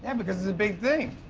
and because it's a big.